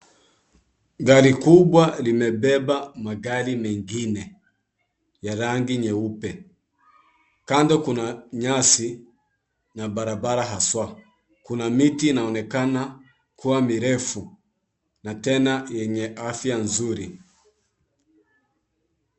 Gari kubwa limebeba magari mengine, ya rangi nyeupe. Kando kuna nyasi na barabara haswa. Kuna miti inaonekana kuwa mirefu, na tena yenye afya nzuri.